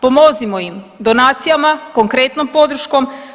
Pomozimo im donacijama, konkretnom podrškom.